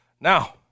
Now